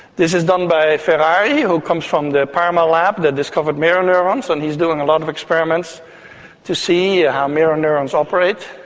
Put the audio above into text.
this is done by ferrari who comes from the parma lab that discovered mirror neurons, and he's doing a lot of experiments to see ah how mirror neurons operate.